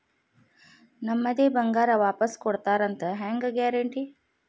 ನಮ್ಮದೇ ಬಂಗಾರ ವಾಪಸ್ ಕೊಡ್ತಾರಂತ ಹೆಂಗ್ ಗ್ಯಾರಂಟಿ?